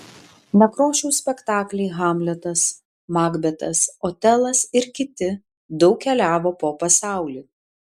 nekrošiaus spektakliai hamletas makbetas otelas ir kiti daug keliavo po pasaulį